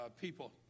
people